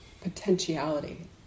potentiality